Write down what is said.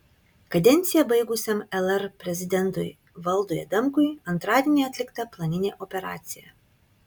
kadenciją baigusiam lr prezidentui valdui adamkui antradienį atlikta planinė operacija